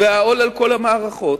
והעול על כל המערכות,